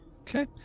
Okay